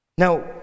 Now